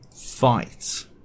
fight